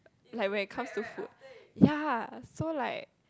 like when it comes to food ya so like